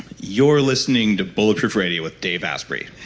you're listening to bulletproof radio with dave asprey.